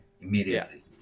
immediately